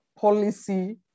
policy